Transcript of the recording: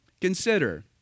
Consider